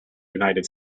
united